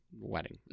wedding